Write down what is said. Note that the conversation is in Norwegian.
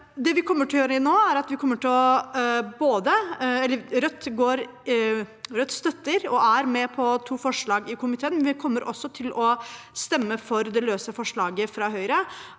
Rødt støtter og er med på to forslag i komiteen, og vi kommer også til å stemme for det løse forslaget fra Høyre.